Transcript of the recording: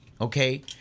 okay